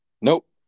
Nope